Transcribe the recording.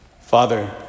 Father